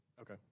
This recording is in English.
Okay